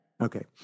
Okay